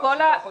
רק שבעה חודשים.